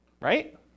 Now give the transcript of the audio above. right